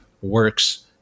works